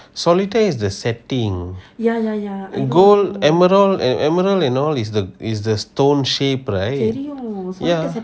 solitaire is the setting gold emerlad emerlad and all is the stone shape right yeah